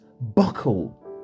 buckle